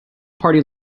party